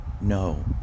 No